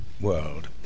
world